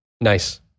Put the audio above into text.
Nice